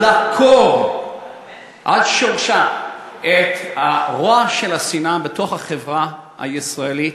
לעקור מהשורש את הרוע של השנאה בתוך החברה הישראלית,